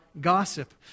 gossip